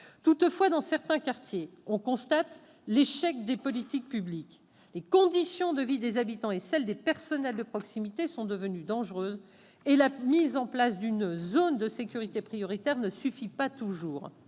toutefois dans certains quartiers l'échec des politiques publiques. Les conditions de vie des habitants et celles des personnels de proximité sont devenues dangereuses et la mise en place d'une zone de sécurité prioritaire ne suffit pas toujours.